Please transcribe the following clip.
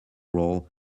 role